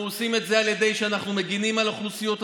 אנחנו עושים את זה על ידי שאנחנו מגינים על אוכלוסיות הסיכון,